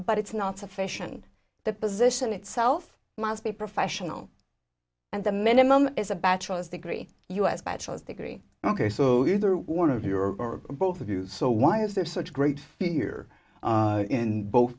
but it's not sufficient the position itself must be professional and the minimum is a bachelor's degree u s bachelor's degree ok so either one of you or both of you so why is there such great fear in both